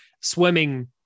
swimming